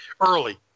early